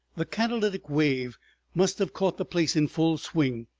the catalytic wave must have caught the place in full swing,